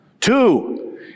Two